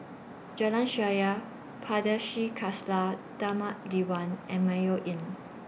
Jalan Shaer Pardesi Khalsa Dharmak Diwan and Mayo Inn